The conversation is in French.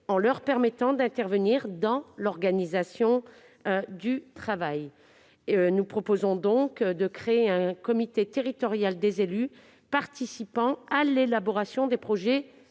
en leur permettant d'intervenir dans l'organisation du travail. Nous souhaitons créer un comité territorial des élus participant à l'élaboration des projets